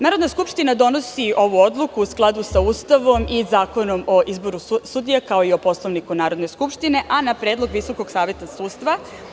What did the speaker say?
Narodna skupština donosi ovu odluku u skladu sa Ustavom i Zakonom o izboru sudija, kao i sa Poslovnikom Narodne skupštine, a na predlog Visokog saveta sudstva.